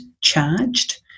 charged